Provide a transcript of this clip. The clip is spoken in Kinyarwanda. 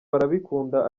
barabikunda